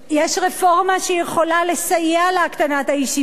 יש רפורמה שיכולה לסייע להקטנת האי-שוויון,